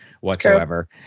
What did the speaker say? whatsoever